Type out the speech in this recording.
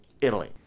Italy